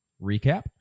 recap